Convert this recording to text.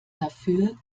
dafür